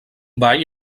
ball